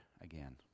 again